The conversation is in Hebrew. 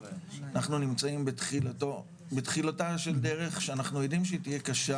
אנחנו נמצאים בתחילתה של דרך שאנחנו יודעים שהיא תהיה קשה